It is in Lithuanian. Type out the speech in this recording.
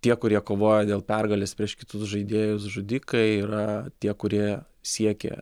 tie kurie kovoja dėl pergalės prieš kitus žaidėjus žudikai yra tie kurie siekia